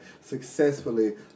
successfully